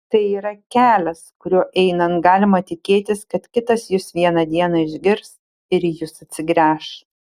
tai yra kelias kuriuo einant galima tikėtis kad kitas jus vieną dieną išgirs ir į jus atsigręš